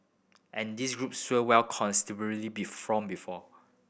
and this group swelled considerably be from before